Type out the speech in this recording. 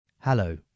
Hello